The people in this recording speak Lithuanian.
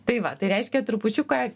tai va tai reiškia trupučiuką